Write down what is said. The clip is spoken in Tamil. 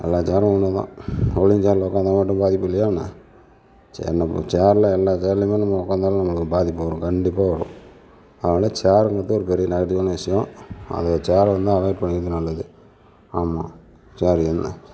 எல்லா சேரும் ஒன்று தான் ரோலிங் சேர்ல உட்காந்தா மட்டும் பாதிப்பு இல்லையா என்ன என்ன சேர்ல எல்லா சேர்லையும் நம்ம உட்காந்தா நம்மளுக்கு பாதிப்பு வரும் கண்டிப்பாக வரும் அதனால சேருன்றது ஒரு பெரிய நெகட்டிவான விஷயம் அந்த சேரை வந்து அவாய்ட் பண்ணிக்கிறது நல்லது ஆமாம் சேர் என்ன